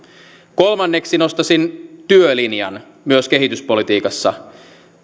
kolmanneksi nostaisin työlinjan myös kehityspolitiikassa